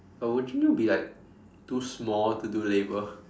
but wouldn't you be like too small to do labour